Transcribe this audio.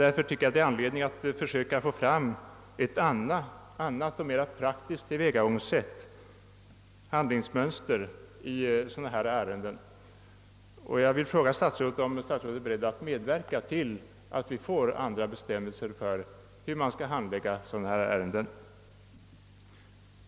Därför borde det vara anledning att försöka få fram ett annat och mera praktiskt handlingsmönster i sådana ärenden. Jag vill därför fråga statsrådet, om statsrådet är beredd att medverka till att vi får andra bestämmelser om hur man skall handlägga dylika ärenden.